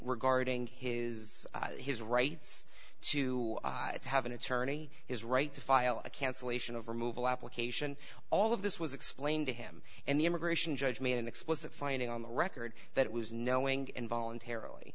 regarding his his rights to have an attorney his right to file a cancellation of removal application all of this was explained to him and the immigration judge me an explicit finding on the record that it was knowing and voluntarily